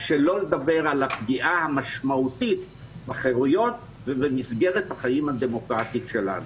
שלא לדבר על הפגיעה המשמעותית בחירויות ובמסגרת החיים הדמוקרטית שלנו.